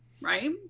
right